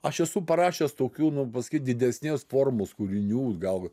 aš esu parašęs tokių nu pasakytdidesnės formos kūrinių gal